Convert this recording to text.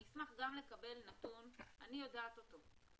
אשמח גם לקבל נתון שאני יודעת אותו,